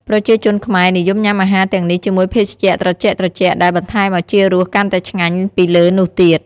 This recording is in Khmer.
ប្រជាជនខ្មែរ និយមញុាំអាហារទាំងនេះជាមួយភេសជ្ជៈត្រជាក់ៗ ដែលបន្ថែមឱជារសកាន់តែឆ្ងាញ់ពីលើនោះទៀត។